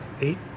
eight